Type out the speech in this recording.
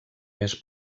més